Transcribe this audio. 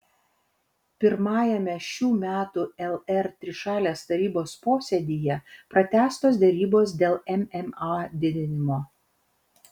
pirmajame šių metų lr trišalės tarybos posėdyje pratęstos derybos dėl mma didinimo